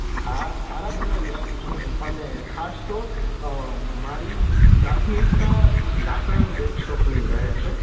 હા સારા બનાવી આપું છું હું અને ખાસ તો મારી પ્રાથમિકતા લાકડાનું ડેસ્કટોપની રહે છે